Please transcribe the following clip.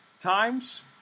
times